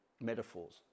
metaphors